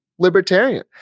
libertarian